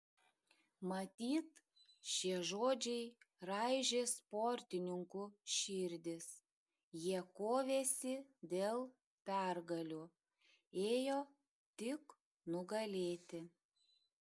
matyt šie žodžiai raižė sportininkų širdis jie kovėsi dėl pergalių ėjo tik nugalėti